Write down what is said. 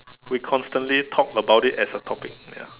we constantly talk about it as a topic ya